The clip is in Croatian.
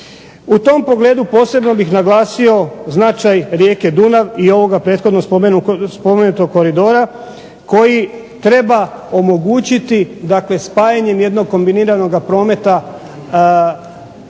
U tom pogledu posebno bih naglasio značaj rijeke Dunav i ovoga prethodno spomenutog koridora koji treba omogućiti dakle spajanjem jednog kombiniranog prometa